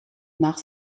nach